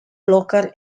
blocker